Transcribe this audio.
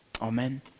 Amen